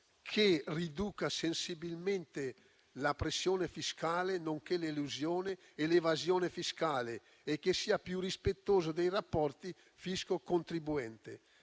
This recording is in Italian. che riduca sensibilmente la pressione fiscale, nonché l'elusione e l'evasione fiscale e che sia più rispettoso dei rapporti tra fisco e contribuente;